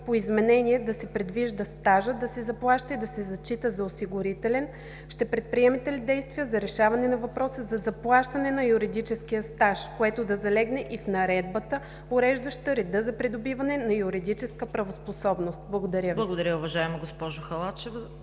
по изменение – да се предвижда стажът да се заплаща и да се зачита за осигурителен? Ще предприемете ли действия за решаване на въпроса за заплащане на юридическия стаж, което да залегне и в Наредбата, уреждаща реда за придобиване на юридическа правоспособност? Благодаря Ви. ПРЕДСЕДАТЕЛ ЦВЕТА КАРАЯНЧЕВА: Благодаря, уважаема госпожо Халачева.